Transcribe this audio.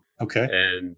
Okay